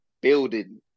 building